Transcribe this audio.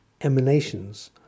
emanations